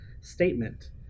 statement